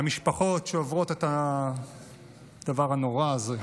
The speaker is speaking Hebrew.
למשפחות שעוברות את הדבר הנורא הזה,